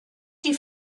die